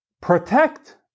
protect